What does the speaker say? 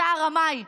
אתה הרמאי,